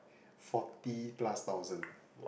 forty plus thousand